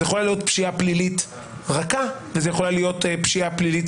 זו יכולה להיות פשיעה פלילית רכה וזו יכולה להיות פשיעה פלילית